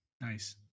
Nice